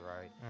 right